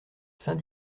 saint